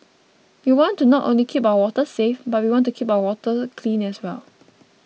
we want to not only keep our waters safe but we want to keep our water clean as well